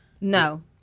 No